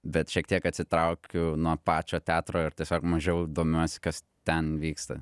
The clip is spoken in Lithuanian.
bet šiek tiek atsitraukiu nuo pačio teatro ir tiesiog ar mažiau domiuosi kas ten vyksta